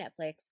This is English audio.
Netflix